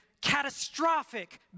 catastrophic